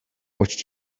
watched